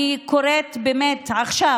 אני קוראת באמת עכשיו,